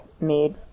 made